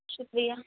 شکریہ